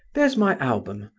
there's my album.